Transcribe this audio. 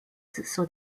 紫色